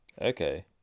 Okay